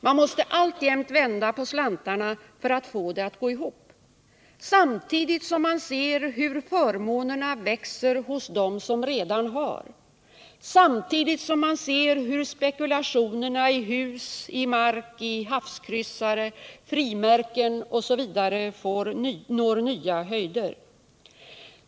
Man måste alltjämt vända på slantarna för att få det att gå ihop, samtidigt som man ser hur förmånerna växer hos dem som redan har och samtidigt som man ser hur spekulationerna i hus, mark, havskryssare, frimärken osv. når nya höjder.